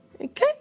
Okay